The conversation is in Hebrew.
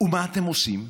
ומה אתם עושים?